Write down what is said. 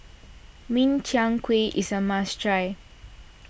Min Chiang Kueh is a must try